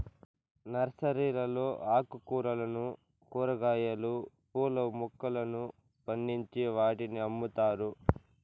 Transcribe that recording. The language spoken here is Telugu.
నర్సరీలలో ఆకుకూరలను, కూరగాయలు, పూల మొక్కలను పండించి వాటిని అమ్ముతారు